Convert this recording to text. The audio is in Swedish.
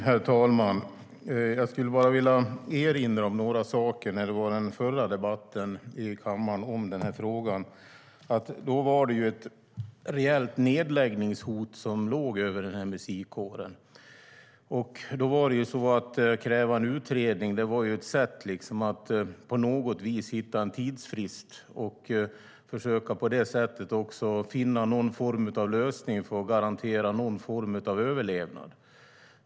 Herr talman! Jag vill bara erinra om några saker. I den förra debatten i kammaren om den här frågan var det ett reellt nedläggningshot som låg över musikkåren. Att kräva en utredning var då ett sätt att hitta en tidsfrist och på det sättet försöka finna en lösning för att garantera någon form av överlevnad.